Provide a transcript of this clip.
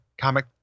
comic